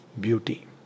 beauty